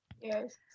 Yes